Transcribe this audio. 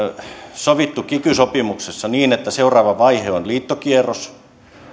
sovittu kiky sopimuksessa niin että seuraava vaihe on liittokierros